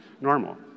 normal